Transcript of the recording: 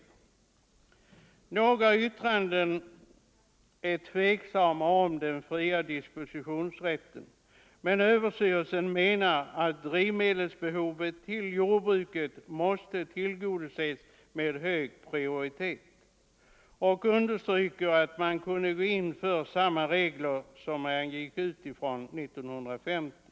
I några yttranden anförs tveksamhet i fråga om den fria dispositionsrätten. Överstyrelsen för ekonomiskt försvar menar emellertid att drivmedelsbehovet hos jordbruket måste tillgodoses med hög prioritet och understryker att man borde gå in för samma regler som man gjorde 1950.